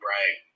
right